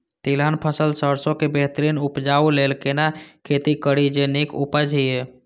तिलहन फसल सरसों के बेहतरीन उपजाऊ लेल केना खेती करी जे नीक उपज हिय?